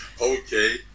okay